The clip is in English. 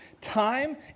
time